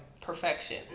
perfection